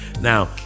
Now